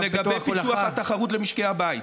ולגבי פיתוח התחרות למשקי הבית,